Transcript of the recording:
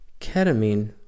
Ketamine